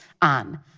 on